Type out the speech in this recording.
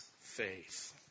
faith